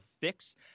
fix